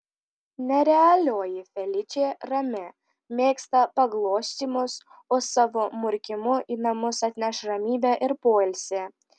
nerealioji feličė rami mėgsta paglostymus o savo murkimu į namus atneš ramybę ir poilsį